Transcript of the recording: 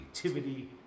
creativity